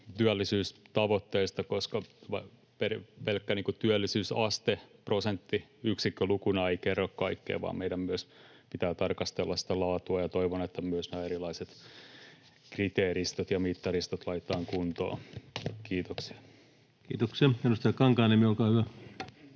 työllisyystavoitteesta, koska pelkkä työllisyysaste prosenttiyksikkölukuna ei kerro kaikkea, vaan meidän myös pitää tarkastella sitä laatua, ja toivon, että myös erilaiset kriteeristöt ja mittaristot laitetaan kuntoon. — Kiitoksia. [Speech 177] Speaker: